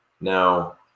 Now